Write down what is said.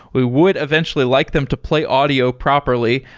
we would eventually like them to play audio properly.